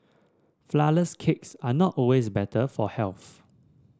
flourless cakes are not always better for health